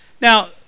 Now